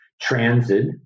transit